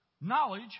knowledge